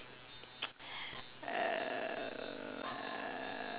uh